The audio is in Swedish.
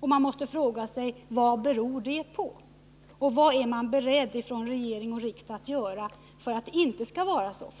och man måste fråga sig vad detta beror på. Vad är regering och riksdag beredda att göra för att det inte skall vara så?